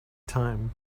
time